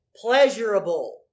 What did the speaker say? pleasurable